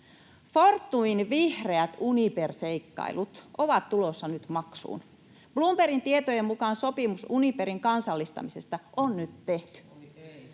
Fortumin vihreät Uniper-seikkailut ovat tulossa nyt maksuun. Bloombergin tietojen mukaan sopimus Uniperin kansallistamisesta on nyt tehty.